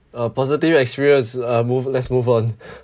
a positive experience uh move let's move on